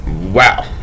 wow